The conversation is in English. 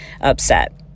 upset